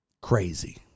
Crazy